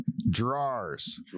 drawers